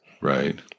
Right